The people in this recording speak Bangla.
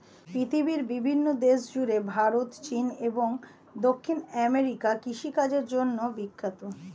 পৃথিবীর বিভিন্ন দেশ জুড়ে ভারত, চীন এবং দক্ষিণ আমেরিকা কৃষিকাজের জন্যে বিখ্যাত